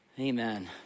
amen